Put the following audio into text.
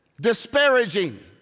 disparaging